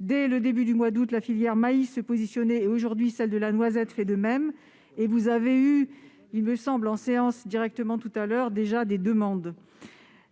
Dès le début du mois d'août, la filière maïs s'est positionnée. Aujourd'hui, celle de la noisette fait de même. Vous avez même eu des demandes directement en séance, il me semble,